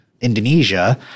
Indonesia